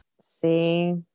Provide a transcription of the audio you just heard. See